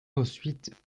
ensuite